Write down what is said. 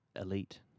elite